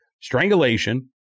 strangulation